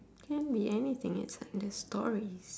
can be anything it's under stories